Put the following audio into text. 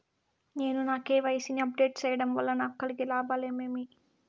నేను నా కె.వై.సి ని అప్ డేట్ సేయడం వల్ల నాకు కలిగే లాభాలు ఏమేమీ?